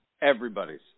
Everybody's